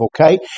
okay